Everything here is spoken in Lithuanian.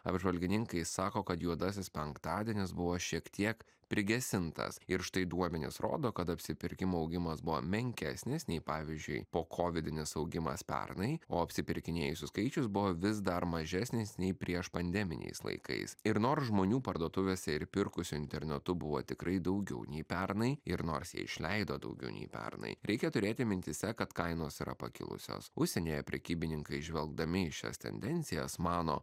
apžvalgininkai sako kad juodasis penktadienis buvo šiek tiek prigesintas ir štai duomenys rodo kad apsipirkimo augimas buvo menkesnis nei pavyzdžiui pokovidinis augimas pernai o apsipirkinėjusių skaičius buvo vis dar mažesnis nei prieš pandeminiais laikais ir nors žmonių parduotuvėse ir pirkusių internetu buvo tikrai daugiau nei pernai ir nors jie išleido daugiau nei pernai reikia turėti mintyse kad kainos yra pakilusios užsienyje prekybininkai žvelgdami į šias tendencijas mano